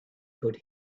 could